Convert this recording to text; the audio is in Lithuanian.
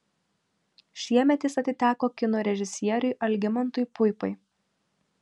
šiemet jis atiteko kino režisieriui algimantui puipai